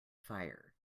fire